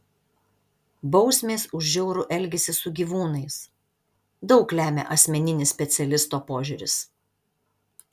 bausmės už žiaurų elgesį su gyvūnais daug lemia asmeninis specialisto požiūris